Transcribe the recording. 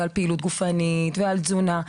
בפעילות גופנית ובתזונה.